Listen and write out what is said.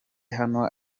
aho